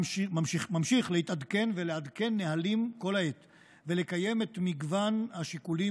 ממשיך להתעדכן ולעדכן נהלים כל העת ולקיים את מגוון השיקולים,